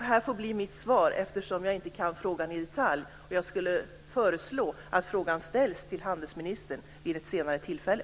Detta får bli mitt svar, eftersom jag inte kan frågan i detalj. Jag skulle föreslå att frågan ställs till handelsministern vid ett senare tillfälle.